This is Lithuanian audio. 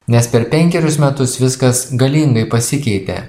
nes per penkerius metus viskas galingai pasikeitė